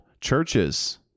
churches